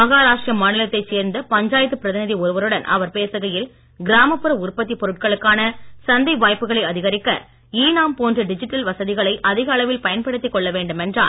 மஹாராஷ்டிர மாநிலத்தைச் சேர்ந்த பஞ்சாயத்து பிரதிநிதி ஒருவருடன் அவர் பேசுகையில் கிராமப்புற உற்பத்திப் பொருட்களுக்கான சந்தை வாய்ப்புகளை அதிகரிக்க இ நாம் போன்ற டிஜிட்டல் வசதிகளை அதிக அளவில் பயன்படுத்திக் கொள்ள வேண்டுமென்றார்